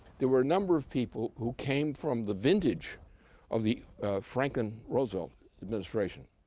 there were a number of people who came from the vintage of the franklin roosevelt administration,